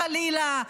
חלילה,